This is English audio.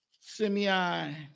Simeon